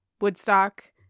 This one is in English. Woodstock